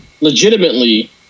Legitimately